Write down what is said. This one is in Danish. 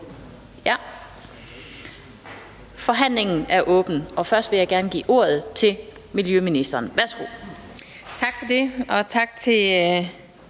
Forhandlingen er åbnet, og først vil jeg gerne give ordet til miljøministeren. Værsgo. Kl.